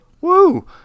Woo